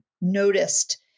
noticed